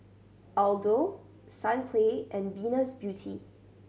Aldo Sunplay and Venus Beauty